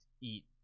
eat